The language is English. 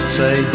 say